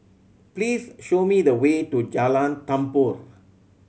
please show me the way to Jalan Tambur